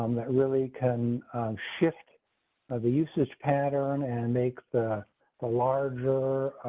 um that really can shift the usage pattern and make the the larger.